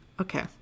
Okay